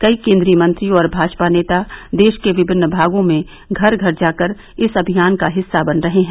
कई केन्द्रीय मंत्री और भाजपा नेता देश के विभिन्न भागों में घर घर जाकर इस अभियान का हिस्सा बन रहे हैं